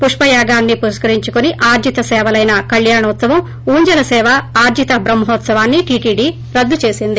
పుష్పయాగాన్ని పురస్కరించుకొని ఆర్జితసేవలైన కల్యాణోత్సవం ఊంజల్ సేవ ఆర్జిత బ్రహ్మోత్సవాన్ని టీటీడీ రద్దు చేసింది